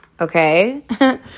okay